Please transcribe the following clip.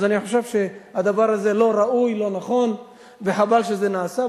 אני חושב שהדבר הזה לא ראוי, וחבל שזה נעשה.